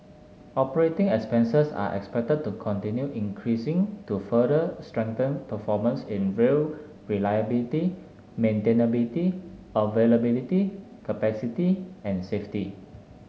operating expenses are expected to continue increasing to further strengthen performance in rail reliability maintainability availability capacity and safety